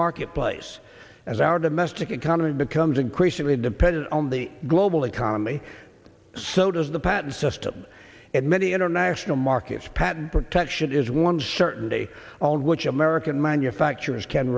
marketplace as our domestic economy becomes increasingly dependent on the global economy so does the patent system and many international markets patent protection is one certainty on which american manufacturers can